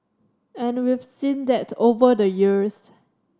and we've seen that over the years